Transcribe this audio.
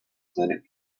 clinic